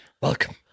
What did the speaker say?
Welcome